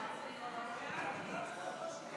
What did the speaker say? ההצעה להפוך את הצעת חוק מסי